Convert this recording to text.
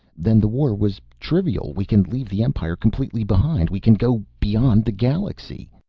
then the war was trivial. we can leave the empire completely behind. we can go beyond the galaxy.